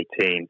2018